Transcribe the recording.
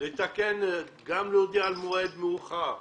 גם להודיע על מועד מאוחר.